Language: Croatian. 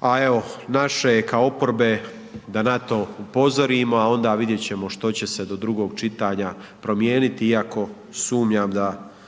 A evo naše je kao oporbe da na to upozorimo, a onda ćemo vidjeti što će se do drugog čitanja promijeniti, iako sumnjam da